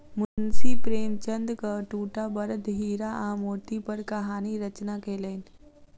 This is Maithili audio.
मुंशी प्रेमचंदक दूटा बड़द हीरा आ मोती पर कहानी रचना कयलैन